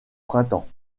printemps